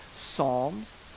psalms